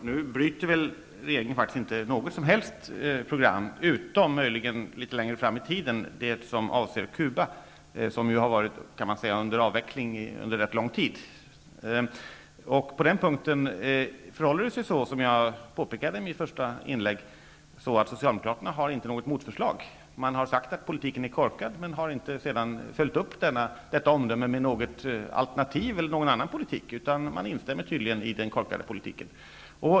Fru talman! Nu bryter inte regeringen något som helst program, utom möjligen litet längre fram i tiden det som avser Cuba -- som ju har varit under avveckling under rätt lång tid. På den punkten förhåller det sig så som jag påpekade i mitt första inlägg, nämligen att Socialdemokraterna inte har något motförslag. Man har sagt att politiken är korkad, men har inte sedan följt upp detta omdöme med något alternativ eller någon annan politik. Man instämmer tydligen i den korkade politiken.